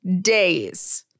days